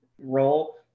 role